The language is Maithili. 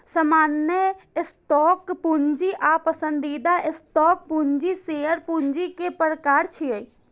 सामान्य स्टॉक पूंजी आ पसंदीदा स्टॉक पूंजी शेयर पूंजी के प्रकार छियै